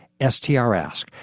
STRask